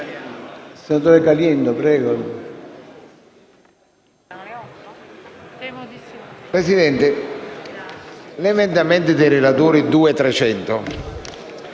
Presidente, l'emendamento dei relatori 2.300